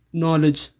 knowledge